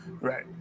Right